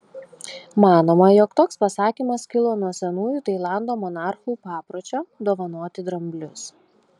manoma jog toks pasakymas kilo nuo senųjų tailando monarchų papročio dovanoti dramblius